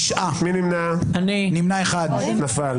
נפל.